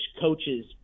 coaches